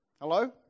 Hello